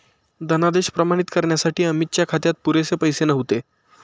धनादेश प्रमाणित करण्यासाठी अमितच्या खात्यात पुरेसे पैसे नव्हते